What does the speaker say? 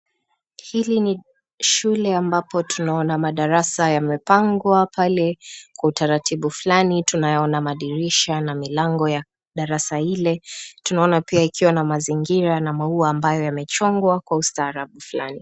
Hili ni shule ambapo tunaona madarasa yamepangwa pale kwa utaratibu fulani. Tunaona madirisha na milango ya darasa ile, tunaona pia ikiwa mazingira na maua ambayo yamechongwa kwa ustarabu fulani.